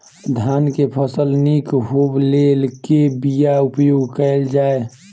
धान केँ फसल निक होब लेल केँ बीया उपयोग कैल जाय?